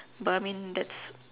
but I mean that's